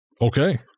Okay